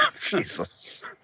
Jesus